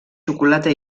xocolata